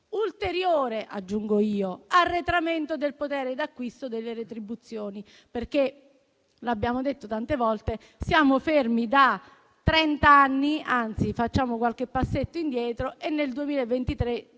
ulteriore, aggiungo io, arretramento del potere d'acquisto delle retribuzioni. Come infatti abbiamo detto tante volte, siamo fermi da trent'anni, anzi facciamo qualche passetto indietro, e nel 2023 passi